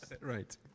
Right